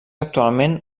actualment